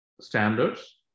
standards